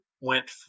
went